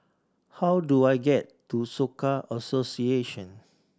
how do I get to Soka Association